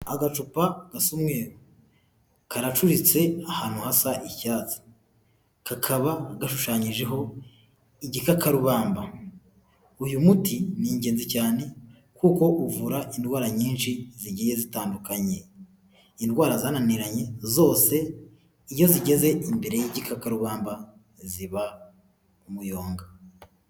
Agacupa gasa umweru karacuritse ahantu hasaya icyatsi, kakaba gashushanyijeho igikakarubamba. Uyu muti ni ingenzi cyane kuko uvura indwara nyinshi zigiye zitandukanye indwara zananiranye zose iyo zigeze imbere y'igikakarubamba ziba umuyonga.